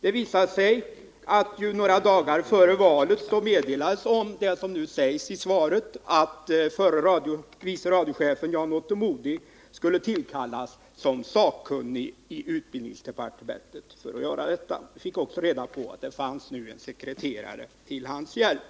Det visade sig att det några dagar före valet meddelats vad som nu sägs i svaret, nämligen att förre vice radiochefen Jan-Otto Modig skulle tillkallas som sakkunnig i utbildningsdepartementet för att arbeta med denna fråga. Vi fick också veta att det fanns en sekreterare till hans hjälp.